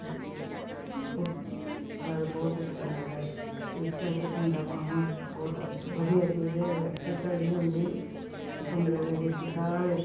ਅਤੇ ਉਸ ਬਾਰੇ ਬਹੁਤ ਅੱਛਾ ਲੱਗਦਾ ਇਸ ਕਰਕੇ ਭੰਗੜਾ ਪਾਉਣਾ ਬਹੁਤ ਵਧੀਆ ਚੀਜ਼ ਹੈ ਐਕਸਰਸਾਈਜ਼ ਵੀ ਹੁੰਦੀ ਅਤੇ ਭੰਗੜੇ ਦੇ ਵਿੱਚ ਸਾਰੇ